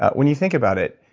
ah when you think about it,